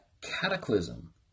cataclysm